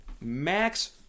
Max